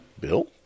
bill